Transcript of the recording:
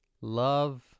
love